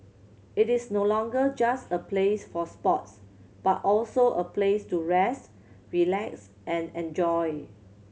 it is no longer just a place for sports but also a place to rest relax and enjoy